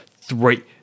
three –